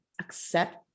accept